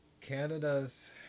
Canada's